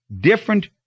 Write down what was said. different